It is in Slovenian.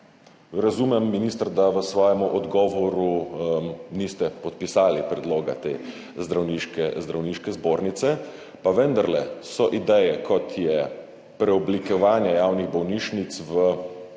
Razumem, minister, da v svojem odgovoru niste podpisali predloga Zdravniške zbornice, pa vendarle so ideje, kot sta preoblikovanje javnih bolnišnic v